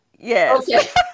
Yes